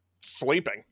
sleeping